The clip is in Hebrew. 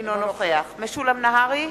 אינו נוכח משולם נהרי,